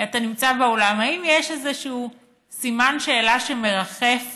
אתה נמצא באולם: האם יש איזשהו סימן שאלה שמרחף